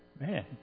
man